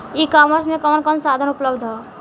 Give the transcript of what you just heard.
ई कॉमर्स में कवन कवन साधन उपलब्ध ह?